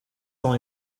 only